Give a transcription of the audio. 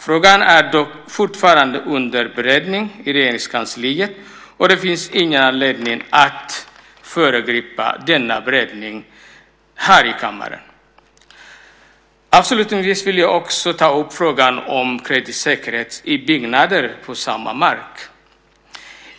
Frågan är dock fortfarande under beredning i Regeringskansliet, och det finns ingen anledning att föregripa denna beredning här i kammaren. Avslutningsvis vill jag också ta upp frågan om kreditsäkerhet i byggnader på annans mark.